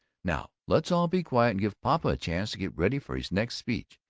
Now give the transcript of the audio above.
now let's all be quiet and give papa a chance to get ready for his next speech.